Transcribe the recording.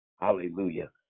Hallelujah